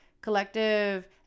collective